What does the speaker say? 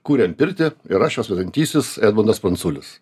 kuriam pirtį ir aš jos vedantysis edmundas pranculis